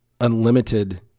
unlimited